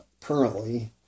currently